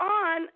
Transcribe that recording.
on